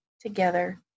together